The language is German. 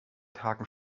tagen